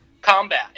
combat